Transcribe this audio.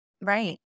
Right